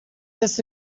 this